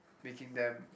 making them